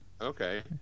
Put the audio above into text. Okay